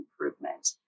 improvement